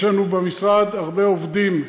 יש לנו במשרד הרבה עובדים,